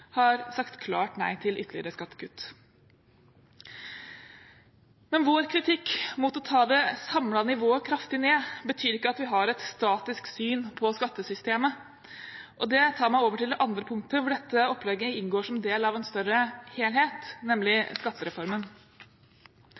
har sagt klart nei til ytterligere skattekutt. Vår kritikk mot å ta det samlede nivået kraftig ned, betyr ikke at vi har et statisk syn på skattesystemet. Det tar meg over til det andre punktet, hvor dette opplegget inngår som del av en større helhet, nemlig skattereformen.